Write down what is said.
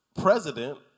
president